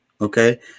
Okay